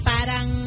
Parang